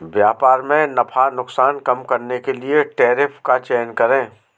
व्यापार में नफा नुकसान कम करने के लिए कर टैरिफ का चयन करे